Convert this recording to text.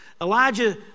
Elijah